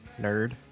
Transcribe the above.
Nerd